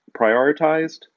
prioritized